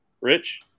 Rich